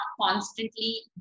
constantly